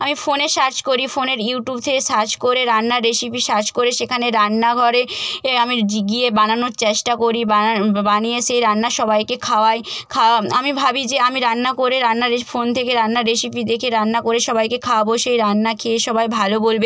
আমি ফোনে সার্চ করি ফোনের ইউটিউব থেকে সার্চ করে রান্নার রেসিপি সার্চ করে সেখানে রান্নাঘরে আমি জিগিয়ে বানানোর চেষ্টা করি বানিয়ে সেই রান্না সবাইকে খাওয়াই খাওয়া আমি ভাবি যে আমি রান্না করে রান্নার রেসি ফোন থেকে রান্নার রেসিপি দেখে রান্না করে সবাইকে খাওয়াব সেই রান্না খেয়ে সবাই ভালো বলবে